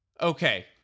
okay